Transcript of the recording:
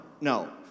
no